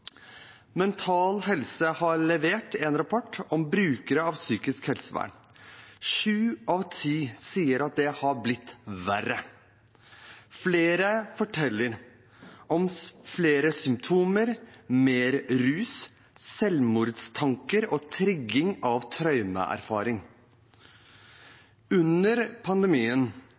Mental Helse har levert en rapport om brukere av psykisk helsevern. Sju av ti sier at det har blitt verre. Flere forteller om flere symptomer, mer rus, selvmordstanker og trigging av traumeerfaring. Under pandemien,